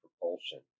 propulsion